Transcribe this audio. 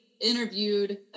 interviewed